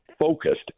focused